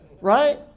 Right